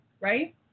right